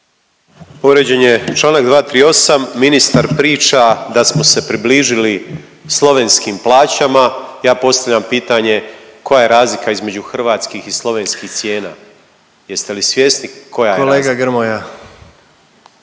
Povrijeđen je čl. 238, ministar priča da smo se približili slovenskim plaćama. Ja postavljam pitanje, koja je razlika između hrvatskih i slovenskih cijena? Jeste li svjesni koja je razlika?